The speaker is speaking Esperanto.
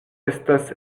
estas